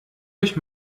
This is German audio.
euch